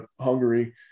Hungary